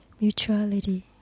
mutuality